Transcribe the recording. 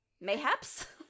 mayhaps